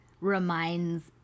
reminds